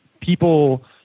people